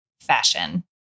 fashion